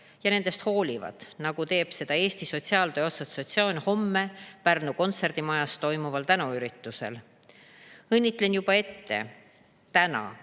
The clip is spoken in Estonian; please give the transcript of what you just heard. ja nendest hoolivad, nagu teeb seda Eesti Sotsiaaltöö Assotsiatsioon homme Pärnu kontserdimajas toimuval tänuüritusel. Õnnitlen täna juba ette kõiki